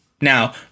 now